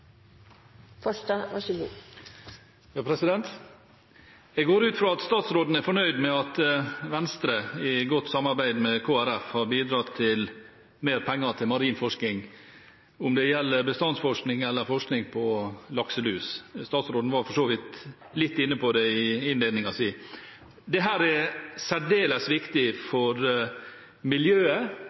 fornøyd med at Venstre, i godt samarbeid med Kristelig Folkeparti, har bidratt til mer penger til marin forskning, både bestandsforskning og forskning på lakselus. Statsråden var for så vidt litt inne på det i sin innledning. Dette er særdeles viktig for miljøet,